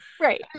right